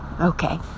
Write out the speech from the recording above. Okay